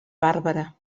bàrbara